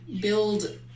build